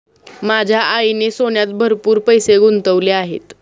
माझ्या आईने सोन्यात भरपूर पैसे गुंतवले आहेत